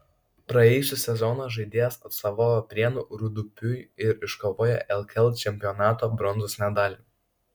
praėjusį sezoną žaidėjas atstovavo prienų rūdupiui ir iškovojo lkl čempionato bronzos medalį